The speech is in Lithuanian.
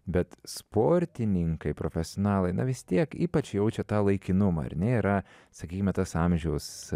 bet sportininkai profesionalai na vis tiek ypač jaučia tą laikinumą ar ne yra sakykime tas amžiaus